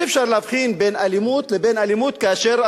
אי-אפשר להבחין בין אלימות לבין אלימות כאשר,